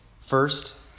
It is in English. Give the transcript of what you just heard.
First